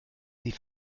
die